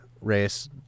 race